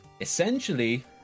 essentially